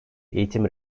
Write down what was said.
eğitim